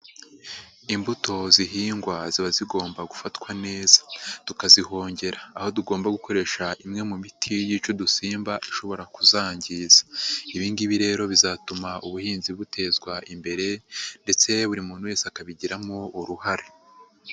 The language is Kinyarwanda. Imbuto zihingwa ziba zigomba gufatwa neza tukazihongera aho tugomba gukoresha imwe mu miti y'ica udusimba ishobora kuzangiza, ibi ngibi rero bizatuma ubuhinzi butezwa imbere ndetse buri muntu wese akabigiramo uruhare.